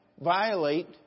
violate